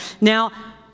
Now